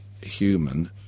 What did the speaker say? human